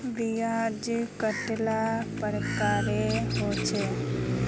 ब्याज कतेला प्रकारेर होचे?